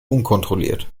unkontrolliert